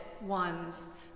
ones